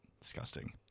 Disgusting